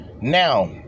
Now